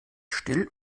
still